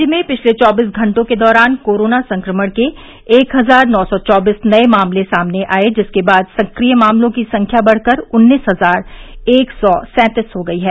राज्य में पिछले चौबीस घंटों के दौरान कोरोना संक्रमण के एक हजार नौ सौ चौबीस नये मामले सामने आए जिसके बाद सक्रिय मामलों की संख्या बढ़कर उन्नीस हजार एक सौ सैंतीस हो गई है